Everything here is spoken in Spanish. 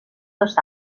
dos